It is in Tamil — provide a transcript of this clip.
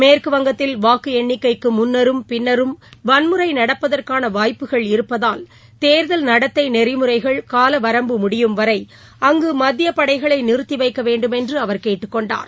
மேற்குவங்கத்தில் வாக்கு எண்ணிக்கைக்கு முன்னரும் பின்னரும் வன்முறை நடப்பதற்கான வாய்ப்புகள் இருப்பதால் தேர்தல் நடத்தை நெறிமுறைகள் காலவரம்பு முடியும் வரை அங்கு மத்திய படைகளை நிறுத்தி வைக்க வேண்டுமென்று அவர் கேட்டுக் கொண்டார்